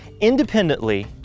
independently